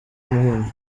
muhima